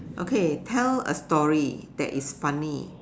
okay tell a story that is funny